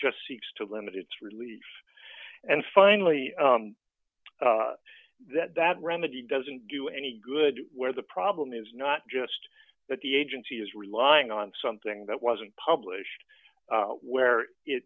just seeks to limit its relief and finally that that remedy doesn't do any good where the problem is not just that the agency is relying on something that wasn't published where it